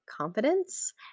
confidence